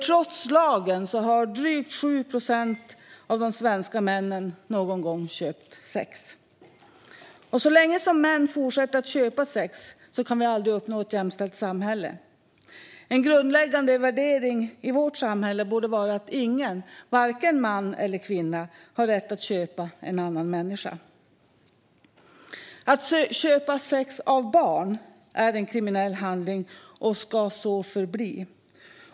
Trots lagen har nämligen drygt 7 procent av de svenska männen någon gång köpt sex, och så länge som män fortsätter att köpa sex kan vi aldrig uppnå ett jämställt samhälle. En grundläggande värdering i vårt samhälle borde vara att ingen, varken man eller kvinna, har rätt att köpa en annan människa. Att köpa sex av barn är en kriminell handling och ska så förbli.